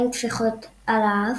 מעין תפיחות על האף,